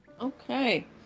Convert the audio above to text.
okay